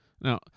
Now